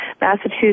Massachusetts